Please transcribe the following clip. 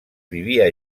vivia